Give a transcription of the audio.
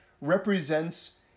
represents